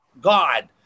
God